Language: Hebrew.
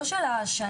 לא של השנה-שנתיים,